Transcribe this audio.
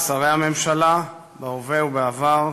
שרי הממשלה בהווה ובעבר,